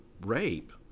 rape